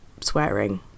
swearing